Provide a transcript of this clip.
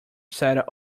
sarah